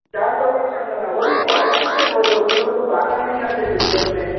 چار لوگ ہیں ہم لوگاں وہ بھی فارنر سے بولو وہ لوگ کو باتاں بھی نہیں آتے کچھ بھی اپنے